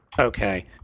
Okay